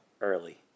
early